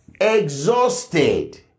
Exhausted